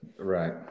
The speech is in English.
Right